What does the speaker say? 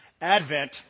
Advent